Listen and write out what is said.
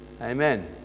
Amen